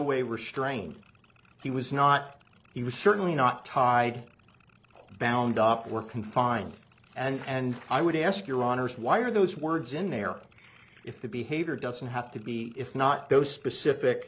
way restrained he was not he was certainly not tied bound opp were confined and i would ask your honor why are those words in there if the behavior doesn't have to be if not those specific